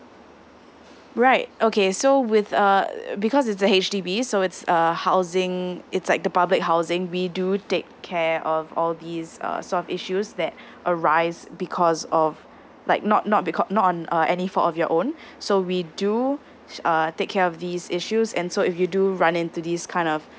right okay so with uh err because it's the H_D_B so it's a housing it's like the public housing we do take care of all these err sort of issues that arise because of like not not becau~ not on uh any fault of your own so we do s~ uh take care of these issues and so if you do run into this kind of